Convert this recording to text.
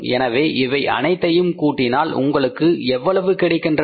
எனவே இவை அனைத்தையும் கூட்டினால் உங்களுக்கு எவ்வளவு கிடைக்கின்றது